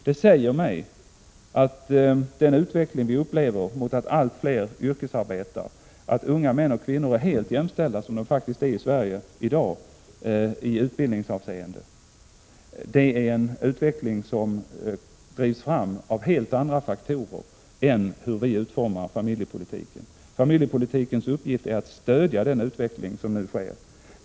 Det säger mig att den utveckling vi upplever, som går mot att allt fler yrkesarbetar och att unga män och kvinnor är helt jämställda i utbildningshänseende — så är det ju faktiskt i Sverige i dag — drivs fram av helt andra faktorer än hur vi utformar familjepolitiken. Familjepolitikens uppgift är att stödja den utveckling som nu sker.